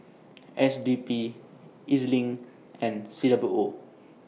S D P E Z LINK and C W O